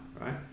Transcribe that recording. right